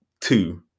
Two